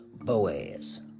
Boaz